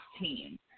team